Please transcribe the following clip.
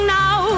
now